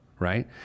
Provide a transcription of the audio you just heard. Right